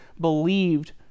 believed